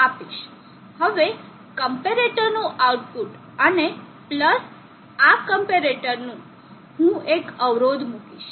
હવે કમ્પેરેટરનું આઉટપુટ અને પ્લસ આ ક્મ્પેરેટર નું હું એક અવરોધ મૂકીશ